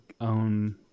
own